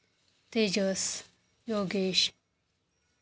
Tejas Yogesh